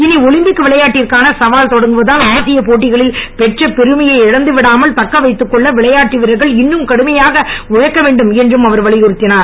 இனி அலிம்பிக் விளையாட்டிற்கான சவால் தொடங்குவதால் ஆசியப் போட்டிகளில் பெற்ற பெருமையை இழந்துவிடாமல் தக்க வைத்துக் கொள்ள விளையாட்டு வீரர்கள் இன்னும் கடுமையாக உழைக்க வேண்டும் என்றும் அவர் வலியுறுத்தினார்